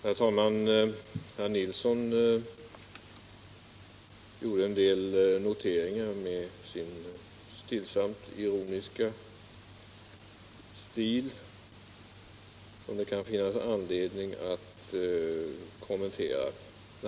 Herr talman! Herr Nilsson i Visby gjorde i sin stillsamt ironiska stil en del noteringar, som det kan finnas anledning att kommentera.